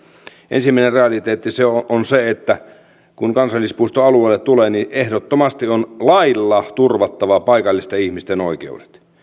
ensimmäinen realiteetti on se että kun kansallispuisto alueelle tulee niin ehdottomasti on lailla turvattava paikallisten ihmisten oikeudet se